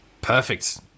Perfect